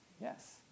Yes